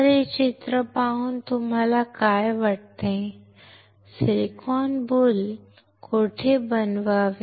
तर हे चित्र पाहून तुम्हाला काय वाटते सिलिकॉन बुल कोठे बनवावे